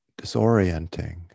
disorienting